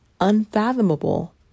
unfathomable